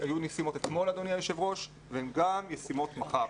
היו ישימות אתמול הן גם ישימות מחר.